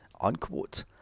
unquote